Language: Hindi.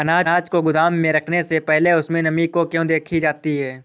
अनाज को गोदाम में रखने से पहले उसमें नमी को क्यो देखी जाती है?